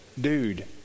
dude